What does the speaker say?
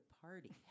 party